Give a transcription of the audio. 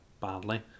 badly